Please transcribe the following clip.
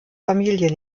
familie